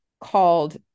called